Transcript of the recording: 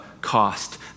cost